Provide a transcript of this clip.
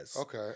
Okay